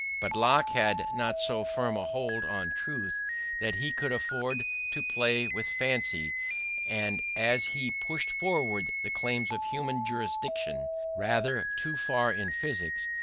but locke had not so firm a hold on truth that he could afford to play with fancy and as he pushed forward the claims of human jurisdiction rather too far in physics,